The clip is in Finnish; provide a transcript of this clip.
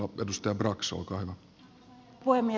arvoisa herra puhemies